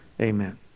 Amen